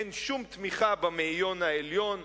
אין שום תמיכה במאיון העליון,